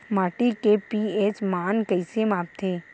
माटी के पी.एच मान कइसे मापथे?